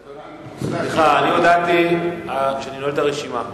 סליחה, אני הודעתי שאני נועל את הרשימה.